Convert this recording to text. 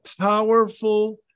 powerful